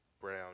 brown